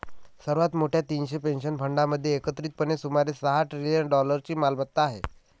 सर्वात मोठ्या तीनशे पेन्शन फंडांमध्ये एकत्रितपणे सुमारे सहा ट्रिलियन डॉलर्सची मालमत्ता आहे